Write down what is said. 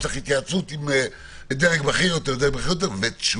צריך התייעצות עם דרג בכיר ותשובה.